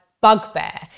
bugbear